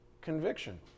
conviction